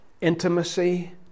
Intimacy